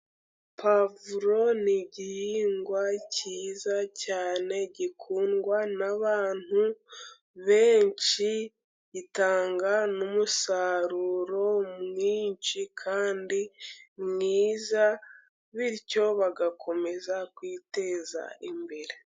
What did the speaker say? Pavuro ni igihingwa cyiza cyane, gikundwa n'abantu benshi, gitanga n'umusaruro mwinshi kandi mwiza, bityo bagakomeza kwiteza imbere.